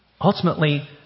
ultimately